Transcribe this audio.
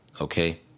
okay